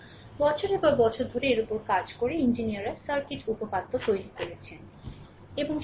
এবং বছরের পর বছর ধরে এর ওপর কাজ করে ইঞ্জিনিয়াররা কিছু সার্কিট উপপাদ্য তৈরি করেছেন